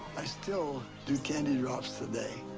i still do candy drops today,